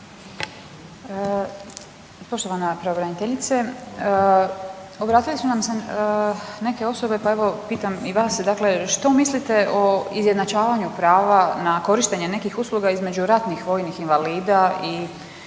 Poštovana pravobraniteljice obratile su nam se neke osobe pa evo pitam i vas dakle što mislite o izjednačavanju prava na korištenje nekih usluga između ratnih vojnih invalida i